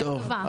שאלה טובה.